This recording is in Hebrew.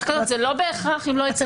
זה לא בהכרח אם לא הצלחת לאמת זהות באופן אחר.